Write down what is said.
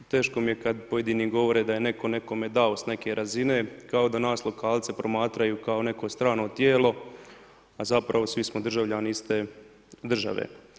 Teško mi je kada pojedini govore da je neko nekome dao s neke razine kao da nas lokalce promatraju kao neko strano tijelo, a zapravo svi smo državljani iste države.